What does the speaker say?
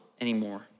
anymore